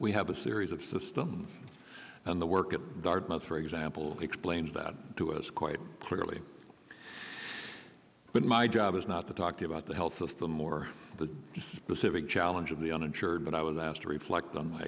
we have a series of systems and the work at dartmouth for example explains that to us quite clearly but my job is not the talked about the health of the more the specific challenge of the uninsured but i was asked to reflect on my